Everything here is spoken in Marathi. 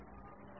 विद्यार्थीः